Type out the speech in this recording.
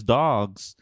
dogs